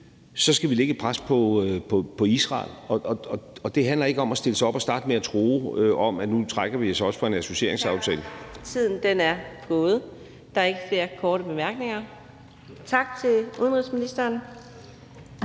skal vi lægge et pres på Israel, og det handler ikke om at stille sig op og starte med at true med, at nu trækker vi os også fra en associeringsaftale. Kl. 17:30 Fjerde næstformand (Karina Adsbøl): Tiden er gået. Der er ikke flere korte bemærkninger. Tak til udenrigsministeren.